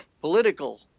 political